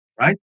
right